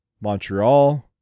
Montreal